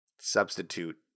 substitute